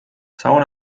saun